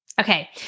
Okay